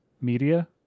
media